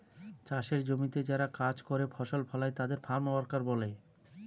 চাষের জমিতে যারা কাজ করে ফসল ফলায় তাদের ফার্ম ওয়ার্কার বলে